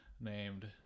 named